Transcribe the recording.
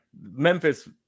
Memphis